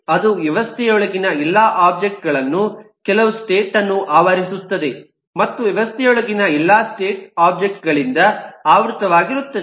ಅದು ವ್ಯವಸ್ಥೆಯೊಳಗಿನ ಎಲ್ಲಾ ಒಬ್ಜೆಕ್ಟ್ ಗಳನ್ನು ಕೆಲವು ಸ್ಟೇಟ್ ಅನ್ನು ಆವರಿಸುತ್ತದೆ ಮತ್ತು ವ್ಯವಸ್ಥೆಯೊಳಗಿನ ಎಲ್ಲಾ ಸ್ಟೇಟ್ ಒಬ್ಜೆಕ್ಟ್ ಗಳಿಂದ ಆವೃತವಾಗಿರುತ್ತದೆ